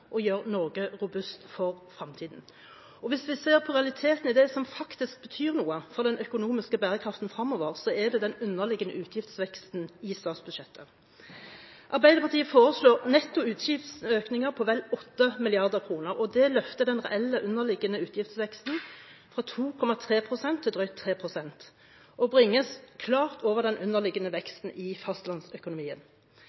og gjøre Norge robust for fremtiden. Hvis vi ser på realitetene i det som faktisk betyr noe for den økonomiske bærekraften fremover, så er det den underliggende utgiftsveksten i statsbudsjettet. Arbeiderpartiet foreslår netto utgiftsøkninger på vel 8 mrd. kr, og det løfter den reelle underliggende utgiftsveksten på 2,3 pst. til drøyt 3 pst. og bringer den klart over den underliggende